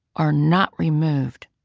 are not removed.